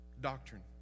Doctrine